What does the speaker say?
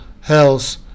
health